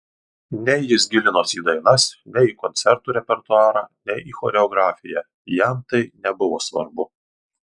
nei jis gilinosi į dainas nei į koncertų repertuarą nei į choreografiją jam tai nebuvo svarbu